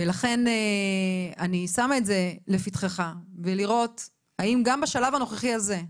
לכן אני שמה את זה לפתחך ולראות האם גם בשלב הנוכחי הזה,